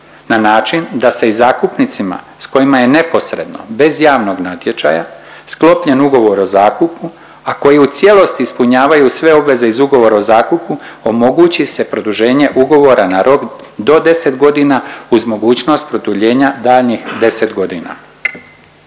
na način da se i zakupnicima s kojima je neposredno bez javnog natječaja sklopljen ugovor o zakupu, a koji u cijelosti ispunjavaju sve obveze iz ugovora o zakupu, omogući se produženje ugovora na rok do 10 godina uz mogućnost produljenja daljnjih 10 godina.